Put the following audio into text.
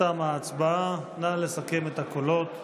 תמה ההצבעה, נא לסכם את הקולות.